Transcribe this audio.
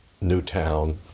Newtown